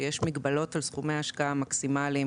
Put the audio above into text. שיש בה מגבלות על סכומי ההשקעה המקסימליים